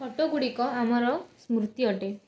photo ଗୁଡ଼ିକ ଆମର ସ୍ମୃତି ଅଟେ